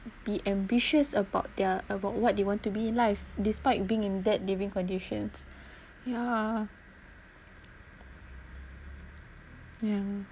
be ambitious about their about what you want to be in life despite being in that living conditions yeah yeah